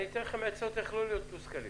אתן לכם עצות איך לא להיות מתוסכלים,